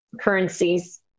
currencies